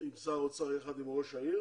של שר האוצר וראש העיר